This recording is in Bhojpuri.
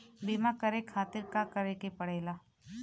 बीमा करे खातिर का करे के पड़ेला?